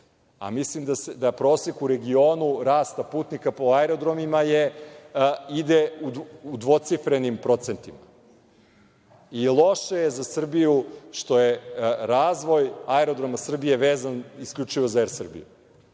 a mislim da prosek u regionu rasta putnika po aerodromima ide u dvocifrenim procentima. Loše je za Srbiju što je razvoj aerodroma Srbije vezan isključivo za Er Srbiju.